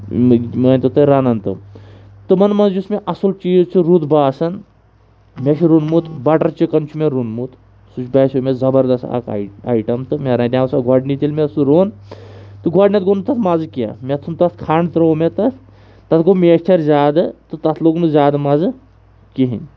مٲنتو تُہۍ رَنان تِم تِمَن منٛز یُس مےٚ اَصٕل چیٖز چھُ رُت باسان مےٚ چھُ روٚنمُت بَٹَر چِکَن چھِ مےٚ روٚنمُت سُہ باسیٚو مےٚ زَبردَست اَکھ آیی آیٹَم تہٕ مےٚ رَنیٛاو سُہ گۄڈنِچ ییٚلہِ مےٚ سُہ روٚن تہٕ گۄڈنٮ۪تھ گوٚو نہٕ تَتھ مَزٕ کینٛہہ مےٚ ژھُن تَتھ کھَنٛڈ ترٛوو مےٚ تَتھ تَتھ گوٚو میچھَر زیادٕ تہٕ تَتھ لوٚگ نہٕ زیادٕ مَزٕ کِہینۍ